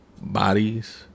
bodies